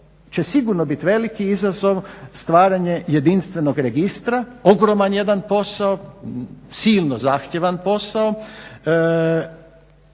će sigurno biti veliki izazov, stvaranje jedinstvenog registra, ogroman jedan posao, silno zahtjevan posao